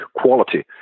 quality